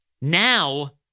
Now